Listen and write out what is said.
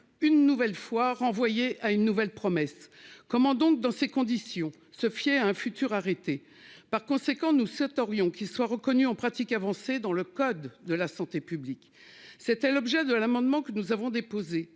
une nouvelle fois renvoyé à une nouvelle promesse comment donc, dans ces conditions se fiait à un futur arrêté par conséquent nous Orion qui soit reconnu en pratique avancée dans le code de la santé publique. C'était l'objet de l'amendement que nous avons déposé